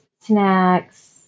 snacks